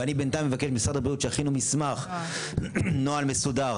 ואני בינתיים אבקש ממשרד הבריאות שיכינו מסמך נוהל מסודר